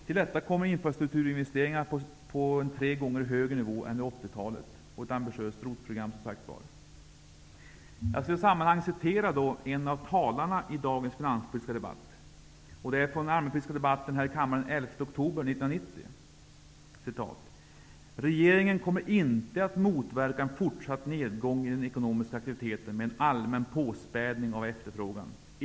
Till detta kommer infrastrukturinvesteringar på en tre gånger högre nivå än under 1980-talet och ett ambitiöst ROT Låt mig citera en av talarna i dagens finanspolitiska debatt. Det är ett citat från den allmänpolitiska debatten här i kammaren den 11 oktober 1990: Regeringen kommer inte att motverka en fortsatt nedgång i den ekonomiska aktiviteten med en allmän påspädning av efterfrågan.